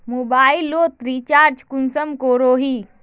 Mobile लोत recharge कुंसम करोही?